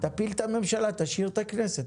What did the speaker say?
תפיל את הממשלה ותשאיר את הכנסת.